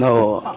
No